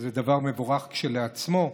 זה דבר מבורך כשלעצמו,